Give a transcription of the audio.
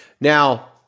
Now